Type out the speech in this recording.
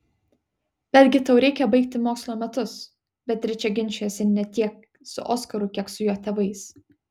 betgi tau reikia baigti mokslo metus beatričė ginčijosi ne tiek su oskaru kiek su jo tėvais